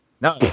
No